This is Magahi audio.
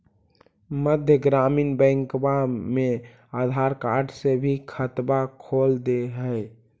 मध्य ग्रामीण बैंकवा मे आधार कार्ड से भी खतवा खोल दे है?